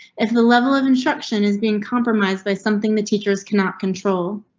if the level of instruction is being compromised by something that teachers cannot control.